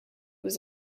was